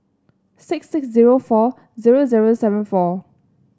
six six zero four zero zero seven four